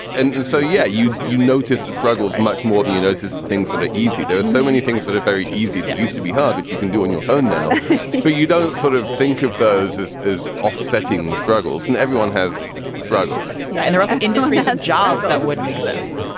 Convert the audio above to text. and and so, yeah, you you noticed the struggles much more than you notice the things that are easy. there are so many things that are very easy that used to be hard, but you can do on your phone now so you don't sort of think of those as is offsetting the struggles. and everyone has struggles yeah and there are some industries that jobs that wouldn't exist,